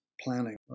planning